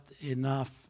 enough